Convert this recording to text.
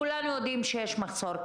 כולנו יודעים שקיים מחסור.